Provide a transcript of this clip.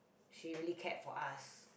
she really cared for us